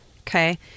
Okay